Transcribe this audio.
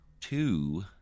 two